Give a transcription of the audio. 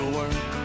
work